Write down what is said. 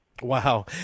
Wow